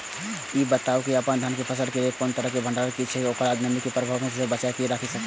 ई बताऊ जे अपन धान के फसल केय कोन तरह सं भंडारण करि जेय सं ओकरा नमी के प्रभाव सं बचा कय राखि सकी?